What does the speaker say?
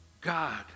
God